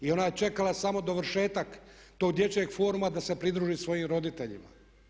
I ona je čekala samo dovršetak tog dječjeg foruma da se pridruži svojim roditeljima.